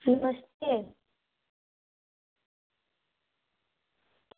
नमस्ते